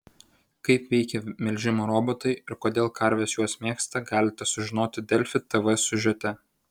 kaip veikia melžimo robotai ir kodėl karves juos mėgsta galite sužinoti delfi tv siužete